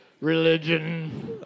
religion